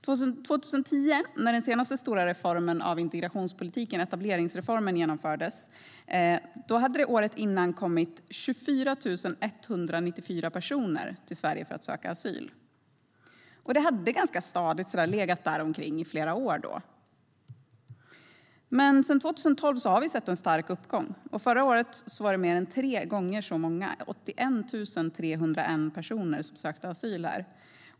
År 2010, när den senaste stora reformen av integrationspolitiken - etableringsreformen - genomfördes, hade det året innan kommit 24 194 personer till Sverige för att söka asyl, och det hade stadigt legat däromkring i flera år. Men sedan 2012 har vi sett en stark uppgång, och förra året var det mer än tre gånger så många, 81 301 personer, som sökte asyl här.